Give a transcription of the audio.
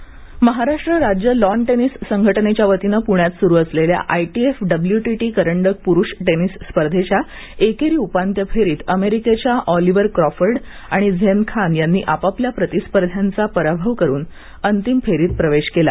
tennis Maharashtra राज्य lawn tennis संघटनेच्या वतीने पुण्यात सुरू असलेल्या आयटीएफ डब्लूटीटी करंडक पुरुष टेनिस स्पर्धेच्या एकेरी उपांत्य फेरीत अमेरिकेच्या ऑलिव्हर क्रॉफर्ड आणि झेन खान यांनी आपापल्या प्रतिस्पर्ध्यांचा पराभव करून अंतिम प्रवेश केला